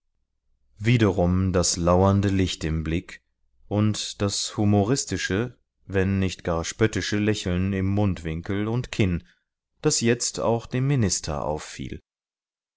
wiederum das lauernde licht im blick und das humoristische wenn nicht gar spöttische lächeln im mundwinkel und kinn das jetzt auch dem minister auffiel